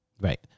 right